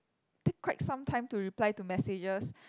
take quite some time to reply to messages